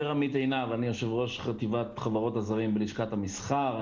אני יושב-ראש חטיבת חברות הזרעים בלשכת המסחר.